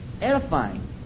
edifying